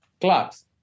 clubs